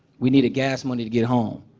we needed gas money to get home.